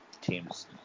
teams